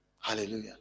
Hallelujah